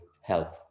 help